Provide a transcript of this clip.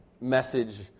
message